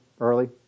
early